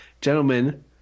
gentlemen